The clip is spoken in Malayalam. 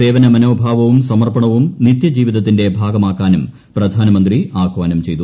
സേവന മനോഭാവവും സമർപ്പണവും നിത്യജീവിതത്തിന്റെ ഭാഗമാക്കാനും പ്രധാനമന്ത്രി ആഹ്വാനം ചെയ്തു